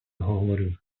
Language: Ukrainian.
говорю